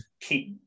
keep